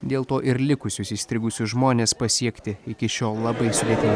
dėl to ir likusius įstrigusius žmones pasiekti iki šiol labai sudėtinga